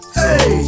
hey